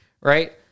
right